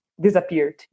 disappeared